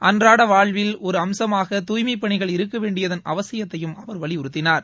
அன்றாட வாழ்வில் ஒரு அம்சமாக தூய்மைப் பணிகள் இருக்க வேண்டியதன் அவசியத்தையும் அவர் வலியுறுத்தினார்